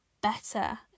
better